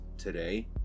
today